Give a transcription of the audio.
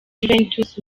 juventus